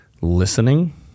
listening